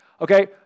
Okay